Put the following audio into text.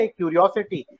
curiosity